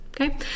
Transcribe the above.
okay